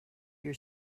your